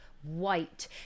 white